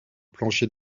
plancher